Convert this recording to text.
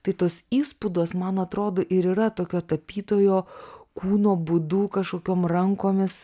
tai tos įspūdos man atrodo ir yra tokio tapytojo kūno būdu kažkokiom rankomis